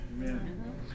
Amen